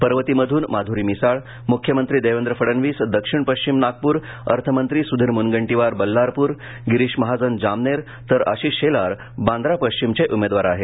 पर्वतीमधून माधुरी मिसाळ मुख्यमंत्री देवेंद्र फडणवीस दक्षिण पश्चिम नागपूर अर्थमंत्री सुधीर मुनगंटीवार बल्लारपूर गिरीश महाजन जामनेर तर आशिष शेलार बांद्रा पश्चिमचे उमेदवार आहेत